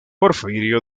porfirio